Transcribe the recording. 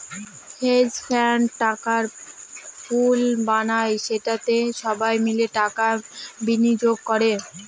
hedge fund টাকার পুল বানায় যেটাতে সবাই মিলে টাকা বিনিয়োগ করে